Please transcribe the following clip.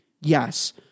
yes